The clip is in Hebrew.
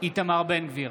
איתמר בן גביר,